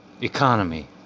economy